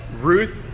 Ruth